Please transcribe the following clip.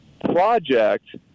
Project